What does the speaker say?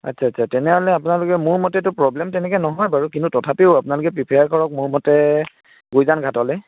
আচ্ছা আচ্ছা তেনেহ'লে আপোনালোকে মোৰ মতেতো প্ৰব্লেম তেনেকৈ নহয় বাৰু কিন্তু তথাপিও আপোনালোকে প্ৰিপেয়াৰ কৰক মোৰ মতে গুঁইজান ঘাটলৈ